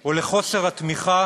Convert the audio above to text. או לחוסר התמיכה